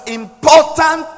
important